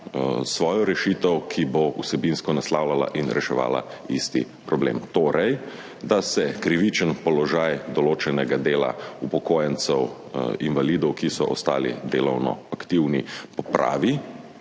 svojo rešitev, ki bo vsebinsko naslavljala in reševala isti problem, torej da se krivičen položaj določenega dela upokojencev, invalidov, ki so ostali delovno aktivni, popravi